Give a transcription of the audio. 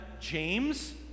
James